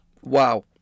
Wow